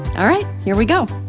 all right, here we go.